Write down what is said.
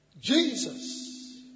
Jesus